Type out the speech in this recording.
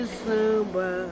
samba